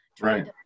right